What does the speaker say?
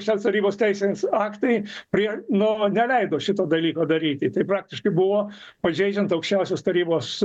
aukščiausios tarybos teisės aktai prie nu neleido šito dalyko daryti tai praktiškai buvo pažeidžiant aukščiausios tarybos